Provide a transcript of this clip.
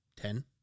Ten